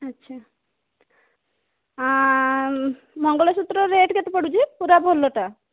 ଆଛା ମଙ୍ଗଳସୂତ୍ର ରେଟ୍ କେତେ ପଡୁଛି ପୁରା ଭଲଟା